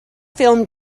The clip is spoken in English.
film